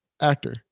actor